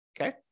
Okay